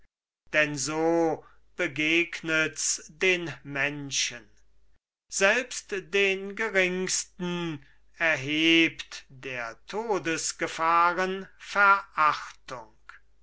denn so begegnet's den menschen selbst den geringsten erhebt der todesgefahren verachtung